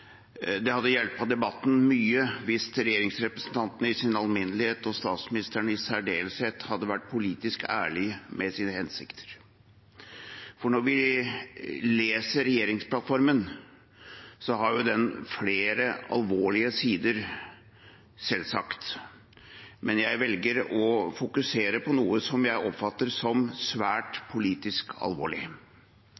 særdeleshet hadde vært politisk ærlige med tanke på sine hensikter. Når vi leser regjeringsplattformen, har den flere alvorlige sider, selvsagt, men jeg velger å fokusere på det som jeg oppfatter som politisk svært